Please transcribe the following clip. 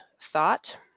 thought